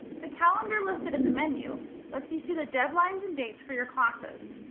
the calendar listed in the menu lets you see the deadlines and dates for your classes,